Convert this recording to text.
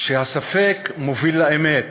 שהספק מוביל לאמת,